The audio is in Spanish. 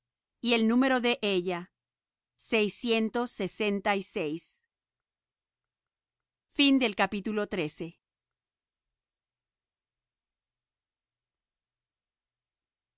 y el número de ella seiscientos sesenta y seis y